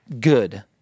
good